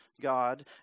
God